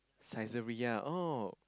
Saizeriya oh